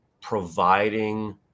providing